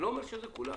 אני לא אומר שזה כולם,